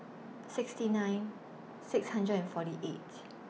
sixty nine six hundred and forty eight